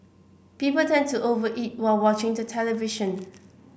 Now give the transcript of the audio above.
people tend to over eat while watching the television